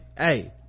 hey